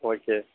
okay